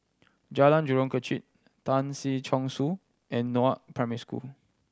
Jalan Jurong Kechil Tan Si Chong Su and Northoaks Primary School